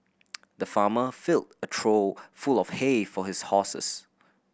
the farmer filled a trough full of hay for his horses